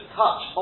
touch